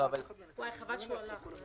וואי, חבל שהוא לך.